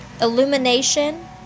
Illumination